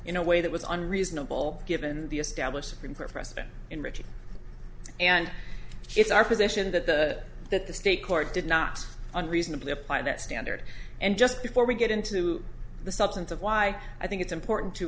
in a way that was unreasonable given the established group president enriching and it's our position that the that the state court did not unreasonably apply that standard and just before we get into the substance of why i think it's important to